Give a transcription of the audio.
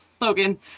Logan